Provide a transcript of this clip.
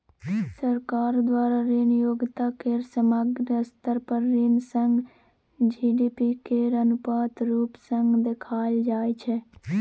सरकार द्वारा ऋण योग्यता केर समग्र स्तर पर ऋण सँ जी.डी.पी केर अनुपात रुप सँ देखाएल जाइ छै